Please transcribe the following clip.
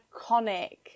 iconic